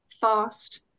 fast